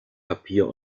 papier